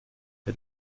der